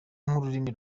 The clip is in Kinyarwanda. nk’ururimi